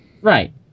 Right